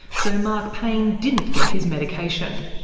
so mark payne didn't get his medication.